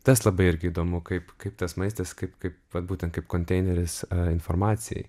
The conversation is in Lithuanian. tas labai irgi įdomu kaip kaip tas maistas kaip kaip būtent kaip konteineris ar informacijai